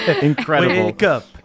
Incredible